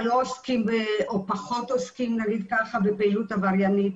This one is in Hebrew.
לא עוסקים או פחות עוסקים נגיד את זה ככה בפעילות עבריינית.